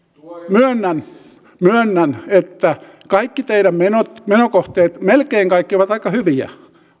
myönnän että kaikki teidän menokohteenne melkein kaikki ovat aika hyviä